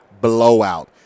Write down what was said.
blowout